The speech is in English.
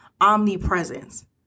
omnipresence